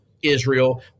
Israel